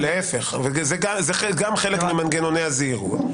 להיפך, להיפך, גם זה מנגנון זהירות.